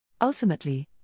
Ultimately